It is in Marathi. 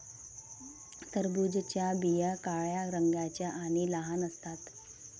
टरबूजाच्या बिया काळ्या रंगाच्या आणि लहान असतात